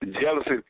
Jealousy